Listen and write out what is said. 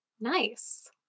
Nice